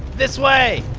this way!